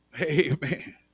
Amen